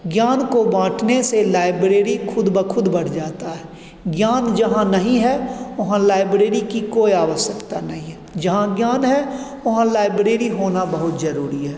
ज्ञान को बाँटने से लाइब्रेरी खुद ब खुद बढ़ जाता है ज्ञान जहाँ नहीं है वहाँ लाइब्रेरी की कोई आवश्यकता नहीं है जहाँ ज्ञान है वहाँ लाइब्रेरी होना बहुत जरूरी है